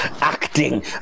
Acting